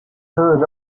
hood